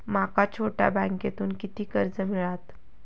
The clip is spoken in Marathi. माका छोट्या बँकेतून किती कर्ज मिळात?